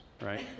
right